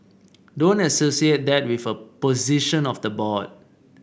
don't associate that with a position of the board